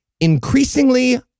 increasingly